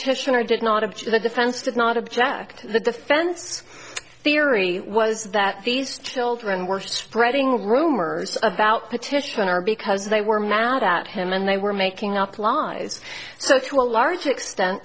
titioner did not of to the defense did not object the defense theory was that these children were spreading rumors about petitioner because they were mad at him and they were making up lies so to a large extent